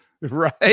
Right